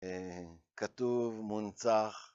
כתוב, מונצח